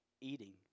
eating